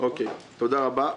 תודה רבה.